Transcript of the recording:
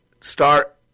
start